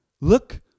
Look